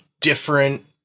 different